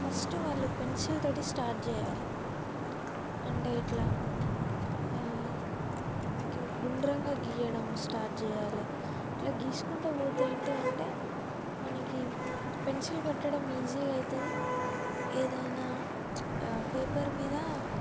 first వాళ్ళు pencil తోటి start చేయాలి అంటే ఇట్లా గుండ్రంగా గీయడం స్టార్ట్ చేయాలి ఇట్లా గీసుకుంటు పోతే ఏంటంటే మనకి పెన్సిల్ పట్టడం ఈజీ అవుతుంది ఏదైనా పేపర్ మీద